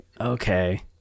Okay